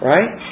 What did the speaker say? Right